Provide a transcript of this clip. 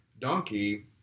Donkey